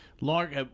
lark